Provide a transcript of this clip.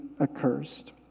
accursed